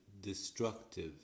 destructive